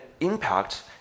impact